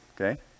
okay